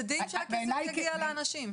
--- שהכסף יגיע לאנשים.